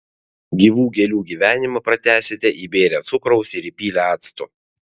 gyvų gėlių gyvenimą pratęsite įbėrę cukraus ir įpylę acto